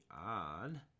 on